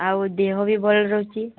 ଆଉ ଦେହ ବି ଭଲ ରହୁଛି